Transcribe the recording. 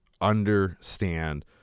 understand